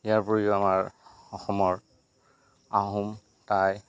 ইয়াৰ উপৰিও আমাৰ অসমৰ আহোম টাই